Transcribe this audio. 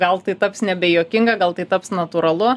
gal tai taps nebejuokinga gal tai taps natūralu